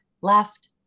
left